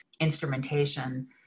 instrumentation